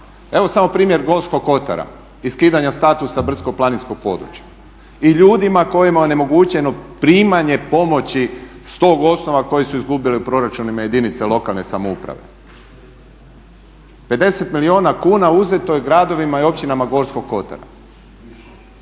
Evo sam primjer Gorskog kotara i skidanja statusa brdsko-planinskog područja. Ljudima kojima je onemogućeno primanje pomoći s tog osnova koji su izgubili u proračunima jedinice lokalne samouprave. 50 milijuna kuna uzeto je gradovima i općinama Gorskog kotara.